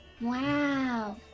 Wow